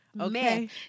Okay